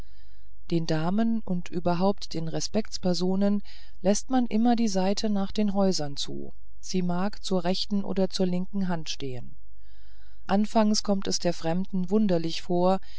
den damen und überhaupt den respektspersonen läßt man immer die seite nach den häusern zu sie mag zur rechten oder linken hand stehen anfangs kommt es der fremden wunderlich vor